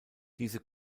diese